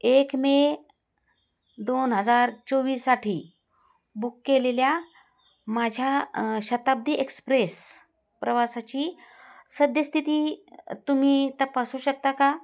एक मे दोन हजार चोवीससाठी बुक केलेल्या माझ्या शताब्दी एक्सप्रेस्स प्रवासाची सद्यस्थिती तुम्ही तपासू शकता का